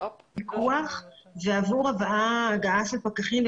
--- פיקוח ועבור הגעה של פקחים.